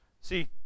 See